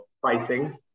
pricing